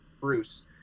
Bruce